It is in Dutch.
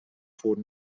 voor